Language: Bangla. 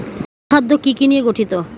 অনুখাদ্য কি কি নিয়ে গঠিত?